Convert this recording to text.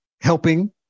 helping